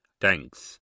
Thanks